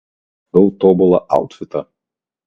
pagaliau radau tobulą autfitą